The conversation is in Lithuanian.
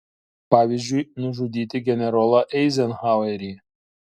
pavyzdžiui nužudyti generolą eizenhauerį